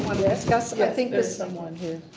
i think there's someone here.